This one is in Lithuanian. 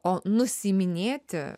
o nusiiminėti